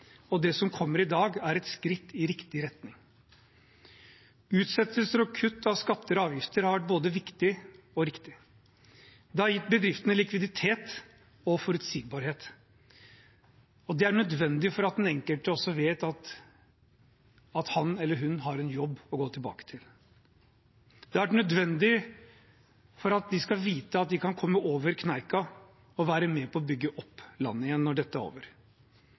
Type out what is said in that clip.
og det som kommer i dag, er et skritt i riktig retning. Utsettelser av og kutt i skatter og avgifter har vært både viktig og riktig. Det har gitt bedriftene likviditet og forutsigbarhet. Det er nødvendig for at den enkelte også vet at han eller hun har en jobb å gå tilbake til. Det har vært nødvendig for at de skal vite at de kan komme over kneika og være med på å bygge opp landet igjen når dette er over.